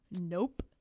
nope